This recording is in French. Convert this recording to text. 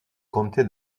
comté